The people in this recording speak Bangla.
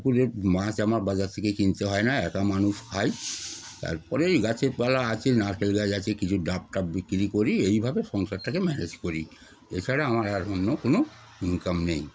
পকুরের মাছ আমার বাজার থেকে কিনতে হয় না একা মানুষ খাই তারপরে এই গাছপালা আছে নারকেল গাছ আছে কিছু ডাব টাব বিক্রি করি এইভাবে সংসারটাকে ম্যানেজ করি এছাড়া আমার আর অন্য কোনো ইনকাম নেই